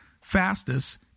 fastest